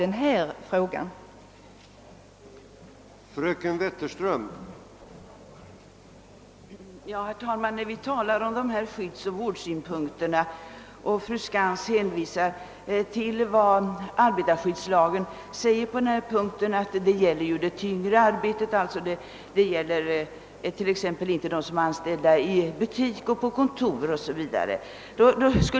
Det får vi göra när familjepolitiska kommittén kommer med sina förslag.